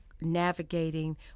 navigating